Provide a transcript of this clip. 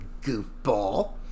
goofball